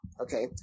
okay